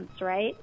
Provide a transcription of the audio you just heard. right